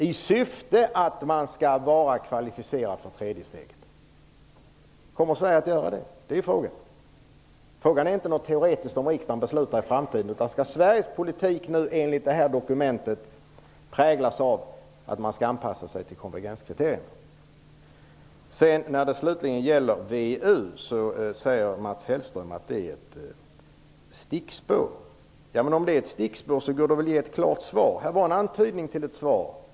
Man skall anpassa sig i syfte att kvalificera sig för det tredje steget. Frågan är om Sverige kommer att göra det. Frågan är teoretisk och gäller inte vad riksdagen kommer att besluta i framtiden. Skall Sveriges politik i enlighet med det här dokumentet präglas av en anpassning till konvergenskriterierna? Slutligen beträffande VEU så säger Mats Hellström att det är ett stickspår. Om det är ett stickspår så går det väl att ge ett klart svar. Det fanns här en antydan till ett svar.